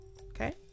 Okay